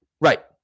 Right